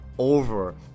over